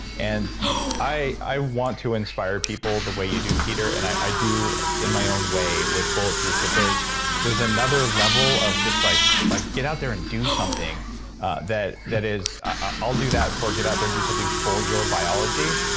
and i i want to inspire people the way you do, peter, and i do in my own way with bulletproof. but there's there's another level of just like like get out there and do something that that is. i'll do that for get out there and do something for your biology,